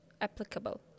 applicable